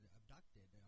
abducted